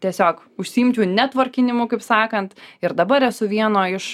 tiesiog užsiimčiau netvorkinimu kaip sakant ir dabar esu vieno iš